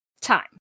time